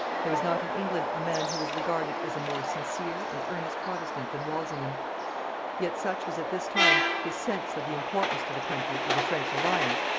there was not in england a man who was regarded as a more sincere and earnest protestant than walsingham yet such was at this time his sense of the importance to the country of the french alliance,